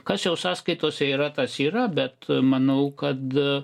kas jau sąskaitose yra tas yra bet manau kad